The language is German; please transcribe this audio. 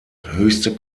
höchste